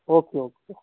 okay okay